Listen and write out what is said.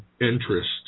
interest